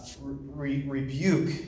rebuke